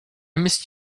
missed